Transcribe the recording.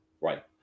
right